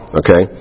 okay